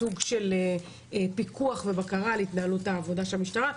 זה סוג של פיקוח ובקרה על התנהלות עבודת המשטרה,